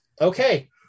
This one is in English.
Okay